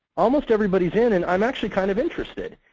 almost everybody's in, and i'm actually kind of interested.